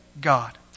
God